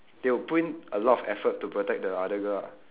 they would put in a lot of effort to protect the other girl lah